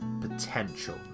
potential